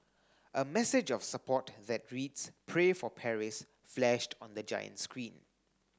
a message of support that reads Pray for Paris flashed on the giant screen